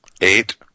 Eight